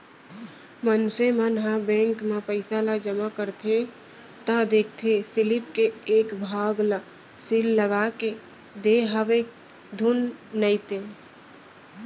मनसे मन ह बेंक म पइसा ल जमा करथे त देखथे सीलिप के एक भाग ल सील लगाके देय हवय के धुन नइते